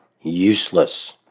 useless